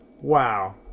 wow